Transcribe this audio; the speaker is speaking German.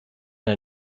der